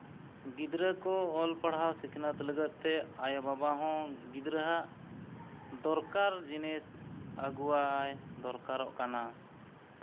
ᱜᱤᱫᱽᱨᱟᱹ ᱠᱚ ᱚᱞ ᱯᱟᱲᱦᱟᱣ ᱥᱤᱠᱷᱱᱟᱹᱛ ᱠᱚ ᱞᱟᱹᱜᱤᱫᱛᱮ ᱟᱭᱳᱼᱵᱟᱵᱟ ᱦᱚᱸ ᱜᱤᱫᱽᱨᱟᱹᱣᱟᱜ ᱫᱚᱨᱠᱟᱨ ᱡᱤᱱᱤᱥ ᱟᱹᱜᱩᱣᱟᱭ ᱫᱚᱨᱠᱟᱨᱚᱜ ᱠᱟᱱᱟ